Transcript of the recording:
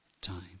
time